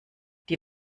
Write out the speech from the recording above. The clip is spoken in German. die